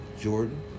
Jordan